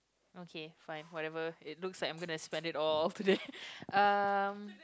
okay fine whatever it looks like I'm gonna spend it all today um